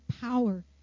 power